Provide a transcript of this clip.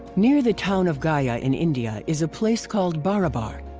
near the town of gaya in india is a place called barabar.